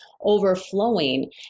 overflowing